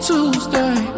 Tuesday